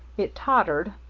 it tottered,